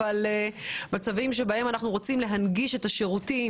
אלא מצבים בהם אנחנו רוצים להנגיש דיווחים